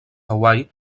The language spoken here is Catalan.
hawaii